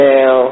Now